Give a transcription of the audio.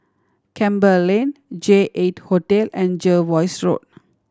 Campbell Lane J Eight Hotel and Jervois Road